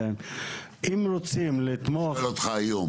אם רוצים לתמוך --- אני שואל אותך היום,